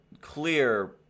clear